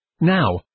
Now